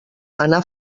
anar